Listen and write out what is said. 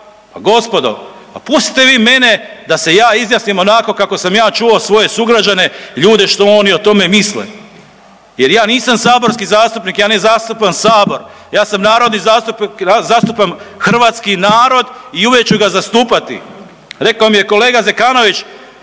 pa gospodo pa pustite vi mene da se ja izjasnim onako kako sam ja čuo svoje sugrađane, ljude što oni o tome misle jer ja nisam saborski zastupnik, ja ne zastupam sabor, ja sam narodni zastupnik, zastupam hrvatski narod i uvijek ću ga zastupati. Rekao mi je kolega Zekanović,